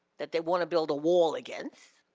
that they want to build a wall against.